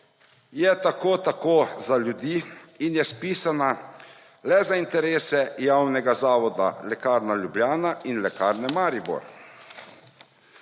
je tako – tako za ljudi in je spisana le za interese javnega zavoda Lekarna Ljubljana in Lekarne Maribor.